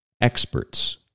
experts